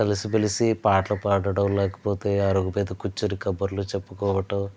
కలిసి మెలిసి పాటలు పాడడం లేకపోతే ఆ అరుగు మీద కూర్చొని కబుర్లు చెప్పుకోవటం